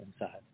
inside